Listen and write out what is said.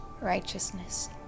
righteousness